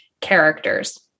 characters